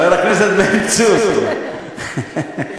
חבר הכנסת בן צור, אני